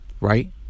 right